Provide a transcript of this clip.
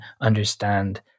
understand